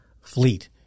fleet